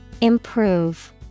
Improve